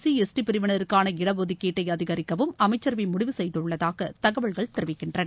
C ST பிரிவினருக்கான இட ஒதுக்கீட்டை அதிகரிக்கவும் அமைச்சரவை முடிவு செய்துள்ளதாக தகவல்கள் தெரிவிக்கின்றன